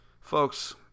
folks